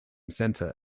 center